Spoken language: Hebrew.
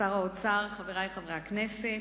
שר האוצר, חברי חברי הכנסת,